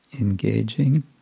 engaging